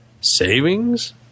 Savings